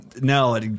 No